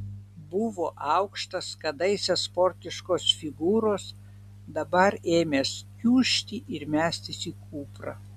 buvo aukštas kadaise sportiškos figūros dabar ėmęs kiužti ir mestis į kuprą